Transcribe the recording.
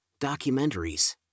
documentaries